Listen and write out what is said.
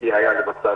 זה המצב.